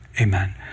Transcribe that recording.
amen